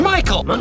Michael